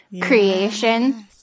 creation